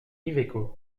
iveco